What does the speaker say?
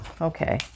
Okay